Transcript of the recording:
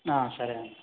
సరే అండి